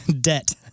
debt